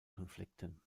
konflikten